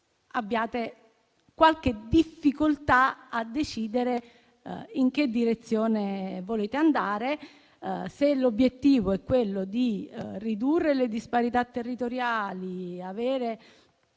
abbiate qualche difficoltà a decidere in che direzione volete andare: se l'obiettivo è quello di ridurre le disparità territoriali, avere